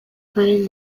haren